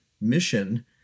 mission